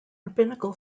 rabbinical